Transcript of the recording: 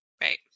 Right